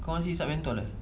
kau hisap menthol eh